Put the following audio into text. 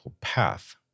path